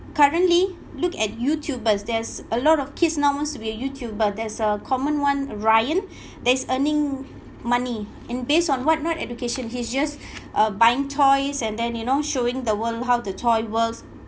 currently look at youtubers there's a lot of kids now wants to be a youtuber there's a common one ryan that's earning money in based on what not education he's just uh buying toys and then you know showing the world how the toy works